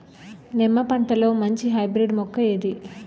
నిమ్మ పంటలో మంచి హైబ్రిడ్ మొక్క ఏది?